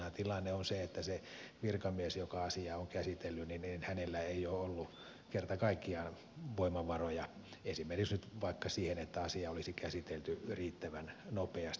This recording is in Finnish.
useinhan tilanne on se että sillä virkamiehellä joka asiaa on käsitellyt ei ole ollut kerta kaikkiaan voimavaroja esimerkiksi nyt vaikka siihen että asia olisi käsitelty riittävän nopeasti